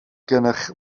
gennych